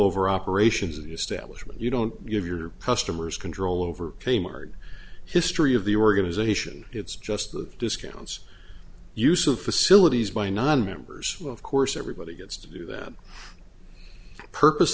over operations of the establishment you don't give your customers control over k mart history of the organization it's just that discounts use of facilities by nonmembers of course everybody gets to do that purpose